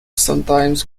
sometimes